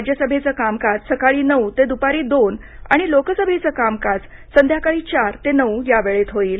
राज्यसभेचं कामकाज सकाळी नऊ ते दुपारी दोन आणि लोकसभेचं कामकाज संध्याकाळी चार ते नऊ या वेळेत होईल